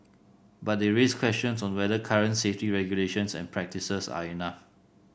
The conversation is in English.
but they raise questions on whether current safety regulations and practices are enough